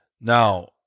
now